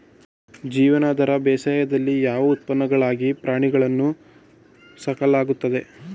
ಜೀವನಾಧಾರ ಬೇಸಾಯದಲ್ಲಿ ಯಾವ ಉತ್ಪನ್ನಗಳಿಗಾಗಿ ಪ್ರಾಣಿಗಳನ್ನು ಸಾಕಲಾಗುತ್ತದೆ?